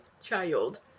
child